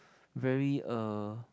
very uh